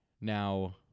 Now